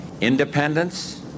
Independence